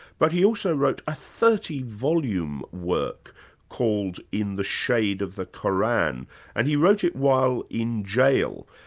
but he also wrote a thirty volume work called in the shade of the qur'an and he wrote it while in jail.